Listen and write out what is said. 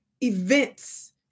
events